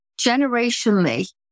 Generationally